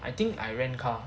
I think I rent car